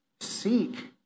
seek